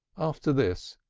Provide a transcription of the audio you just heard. after this,